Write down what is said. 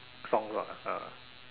song lah ah